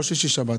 לא בשישי-שבת.